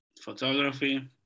photography